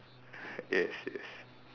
yes yes